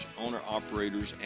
owner-operators